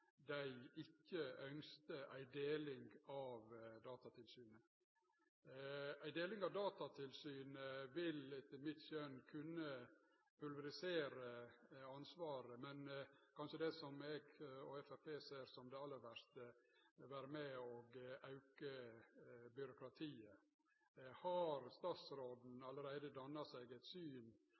dei ikkje ønskte ei deling av Datatilsynet. Ei deling av Datatilsynet vil etter mitt skjønn kunne pulverisere ansvaret, men det som eg og Framstegspartiet ser som det kanskje aller verste, er at det kan vere med på å auke byråkratiet. Har statsråden allereie danna seg eit syn